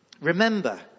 Remember